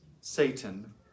Satan